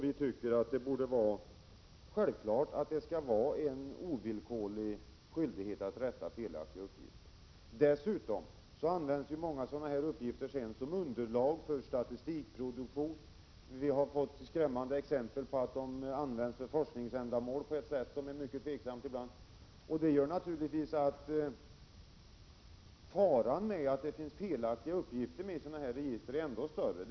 Vi tycker det är självklart att det borde vara en ovillkorlig skyldighet att rätta till en felaktig uppgift. Dessutom används ju många sådana här uppgifter som underlag för statistikproduktion, och vi har fått skrämmande exempel på att de ibland används för mycket tveksamma forskningsändamål. Detta gör naturligtvis = Prot. 1987/88:21 att faran med felaktiga uppgifter i sådana register blir ännu större.